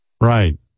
right